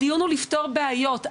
הדיון הוא לפתור בעיות.